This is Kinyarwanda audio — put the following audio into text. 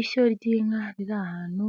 Ishyo ry'inka riri ahantu